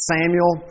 Samuel